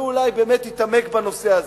שהוא אולי באמת התעמק בנושא הזה,